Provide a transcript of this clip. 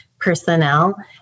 personnel